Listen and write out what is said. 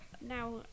now